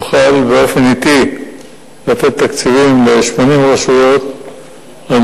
הוחלט לתת תקציבים ל-80 רשויות באופן אטי,